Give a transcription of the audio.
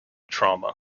trauma